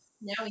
now